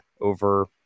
over